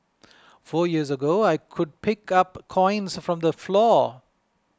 four years ago I could pick up coins from the floor